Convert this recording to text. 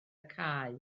cae